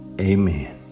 Amen